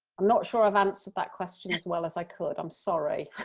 i'm not sure i've answered that question as well as i could, i'm sorry.